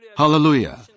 Hallelujah